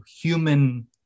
human